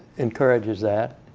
encourages that.